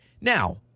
Now